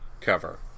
cover